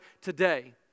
today